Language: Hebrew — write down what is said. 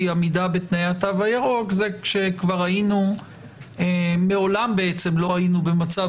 עמידה בתנאי התו הירוק וזה כאשר מעולם לא היינו במצב